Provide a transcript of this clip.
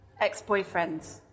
ex-boyfriends